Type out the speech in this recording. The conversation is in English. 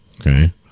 Okay